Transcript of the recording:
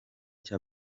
cya